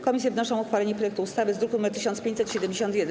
Komisje wnoszą o uchwalenie projektu ustawy z druku nr 1571.